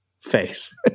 face